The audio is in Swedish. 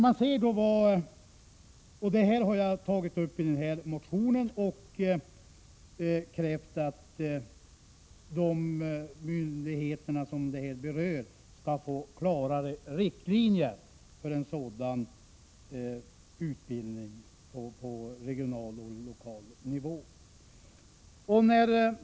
Jag har tagit upp detta i min motion och krävt att de berörda myndigheterna skall få klarare riktlinjer för en sådan utbildning på regional och lokal nivå.